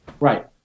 Right